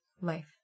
life